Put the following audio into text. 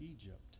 Egypt